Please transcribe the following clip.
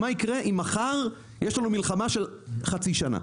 מה יקרה אם מחר יש לנו חלילה מלחמה של חצי שנה